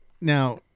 now